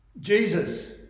Jesus